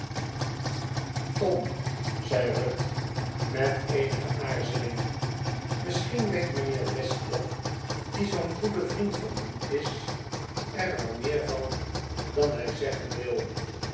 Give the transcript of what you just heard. tom zei ruth met eenige aarzeling misschien weet mijnheer westlock die zoo'n goede vriend van u is er wel meer van dan hij zeggen wil